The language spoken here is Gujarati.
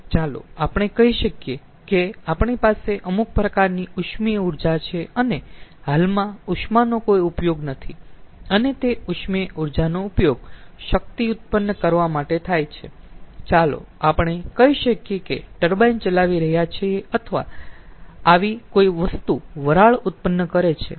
ચાલો આપણે કહી શકીયે કે આપણી પાસે અમુક પ્રકારની ઉષ્મીય ઊર્જા છે અને હાલમાં ઉષ્માનો કોઈ ઉપયોગ નથી અને તે ઉષ્મીય ઊર્જાનો ઉપયોગ શક્તિ ઉત્પન્ન કરવા માટે થાય છે ચાલો આપણે કહી શકીયે કે ટર્બાઇન ચલાવી રહ્યા છીએ અથવા આવી કોઈ વસ્તુ વરાળ ઉત્પન્ન કરે છે